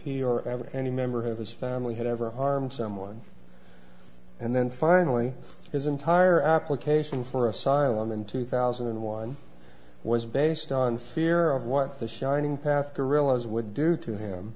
he or any member of his family had ever harmed someone and then finally his entire application for asylum in two thousand and one was based on seer of what the shining path guerillas would do to him